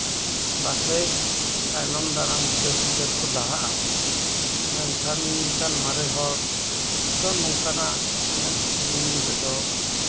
ᱯᱟᱥᱮᱡ ᱛᱟᱭᱚᱢ ᱫᱟᱨᱟᱢ ᱜᱤᱫᱟᱹᱨᱼᱯᱤᱫᱟᱹᱨ ᱠᱚ ᱞᱟᱦᱟᱜᱼᱟ ᱢᱮᱱᱠᱷᱟᱱ ᱤᱧ ᱞᱮᱠᱟᱱ ᱢᱟᱨᱮ ᱦᱚᱲ ᱱᱚᱝᱠᱟᱱᱟᱜ ᱮᱱᱮᱡᱼᱥᱮᱨᱮᱧ ᱨᱮᱫᱚ